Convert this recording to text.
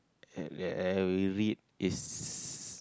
that I will read is